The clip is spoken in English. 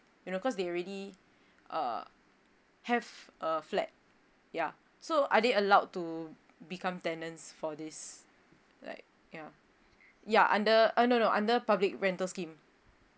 you know cause they already uh have a flat yeah so are they allowed to become tenants for this like ya ya under uh no no under public rental scheme